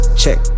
check